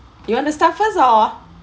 you want to start first or